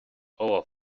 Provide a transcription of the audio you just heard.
over